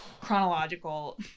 chronological